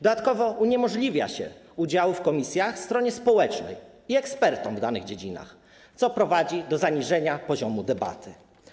Dodatkowo uniemożliwia się udział w komisjach stronie społecznej i ekspertom w danych dziedzinach, co prowadzi do zaniżenia poziomu debaty.